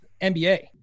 NBA